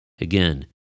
Again